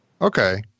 Okay